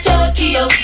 Tokyo